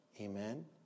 Amen